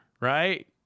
right